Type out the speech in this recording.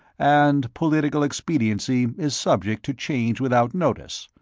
and political expediency is subject to change without notice,